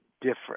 different